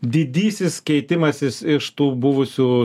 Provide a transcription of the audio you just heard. didysis keitimasis iš tų buvusių